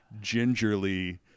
gingerly